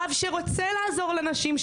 רב שרוצה לעזור לנשים,